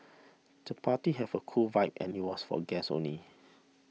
the party have a cool vibe and was for guests only